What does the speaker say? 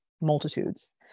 multitudes